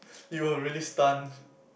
you were really stunned